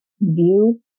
view